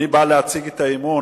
אני בא להציג את הצעת האי-אמון